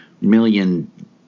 million